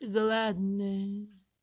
gladness